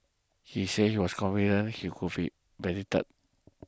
he said he was confident he would be